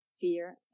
fear